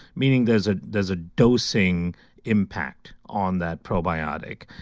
meaning there's ah there's a dosing impact on that probiotic.